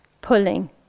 pulling